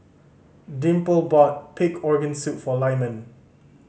Dimple bought pig organ soup for Lyman